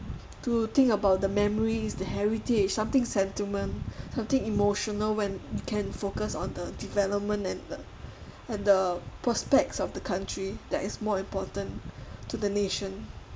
to think about the memories the heritage something sentiment something emotional when we can focus on the development and the and the prospects of the country that is more important to the nation